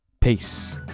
Peace